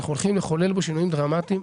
אנחנו הולכים לחולל בו שינויים דרמטיים.